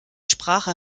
sprache